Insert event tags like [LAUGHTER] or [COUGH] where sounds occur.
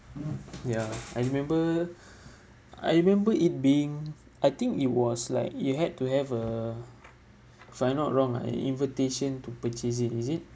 ya I remember [BREATH] I remember it being I think it was like you had to have a if I'm not wrong ah an invitation to purchase it is it